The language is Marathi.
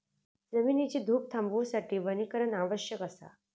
जमिनीची धूप थांबवूसाठी वनीकरण आवश्यक असा